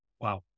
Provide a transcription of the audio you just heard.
Wow